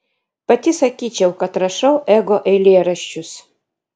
pati sakyčiau kad rašau ego eilėraščius